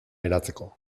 eratzeko